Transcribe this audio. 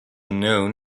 known